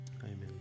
Amen